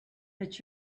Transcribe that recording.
that